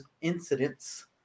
Incidents